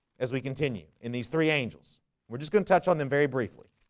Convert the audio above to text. as we continue in these three angels we're just going to touch on them very briefly